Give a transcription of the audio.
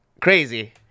crazy